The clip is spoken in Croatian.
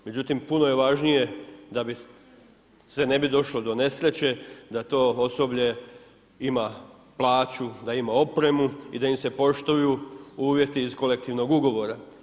Međutim, puno je važnije da se ne bi došlo do nesreće, da to osoblje ima plaću, da ima opremu i da im se poštuju uvjeti iz kolektivnog ugovora.